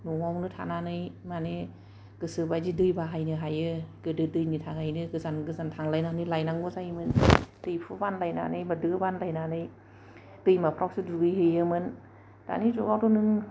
न'आवनो थानानै माने गोसो बायदि दै बाहायनो हायो गादो दैनि थाखायनो गोजान गोजान थांलायनानै लायनांगौ जायोमोन दैहु बानलायनानै एबा दो बानलायनाने दैमाफ्रावसो दुगै हैयोमोन दानि जुगावथ' नों